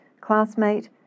classmate